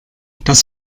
das